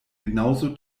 genauso